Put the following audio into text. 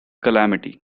calamity